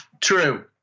true